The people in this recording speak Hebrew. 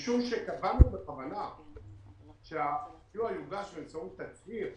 משום שקבענו בכוונה שהסיוע יוגש באמצעות תצהיר